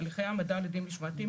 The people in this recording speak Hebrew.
הליכי העמדה לדין משמעתי,